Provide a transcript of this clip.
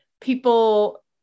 people